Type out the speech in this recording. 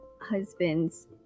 husband's